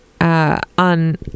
On